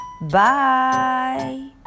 bye